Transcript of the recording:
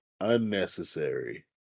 unnecessary